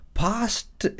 past